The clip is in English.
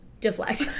Deflect